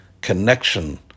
connection